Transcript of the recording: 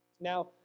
Now